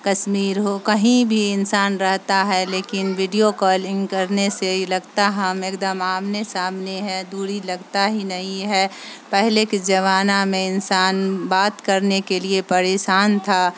کشمیر ہو کہیں بھی انسان رہتا ہے لیکن ویڈیو کالنگ کرنے سے لگتا ہم ایک دم آمنے سامنے ہیں دوری لگتا ہی نہیں ہے پہلے کے زمانہ میں انسان بات کرنے کے لیے پریشان تھا